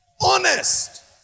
Honest